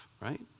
right